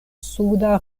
suda